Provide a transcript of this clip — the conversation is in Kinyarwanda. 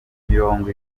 mirongo